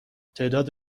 تعداد